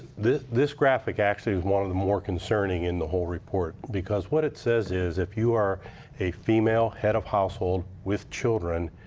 this graphic actually one of the more concerning in the whole report. because what it says is if you are a female head of household, with children,